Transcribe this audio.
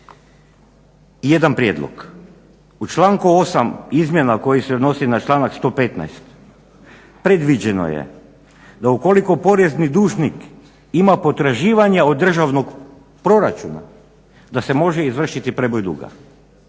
I jedan prijedlog. U članku 8. izmjena koji se odnosi na članak 115. predviđeno je da ukoliko porezni dužnik ima potraživanja od državnog proračuna da se može izvršiti preboj duga